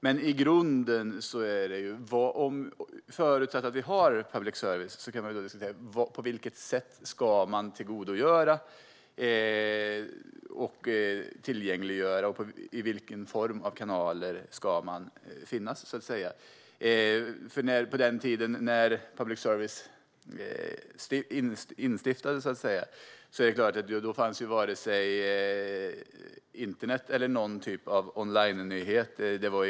Men förutsatt att vi har public service kan man diskutera på vilket sätt den ska tillgängliggöras och i vilken sorts kanaler det ska finnas. På den tiden då public service så att säga instiftades fanns varken internet eller någon typ av onlinenyheter.